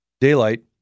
daylight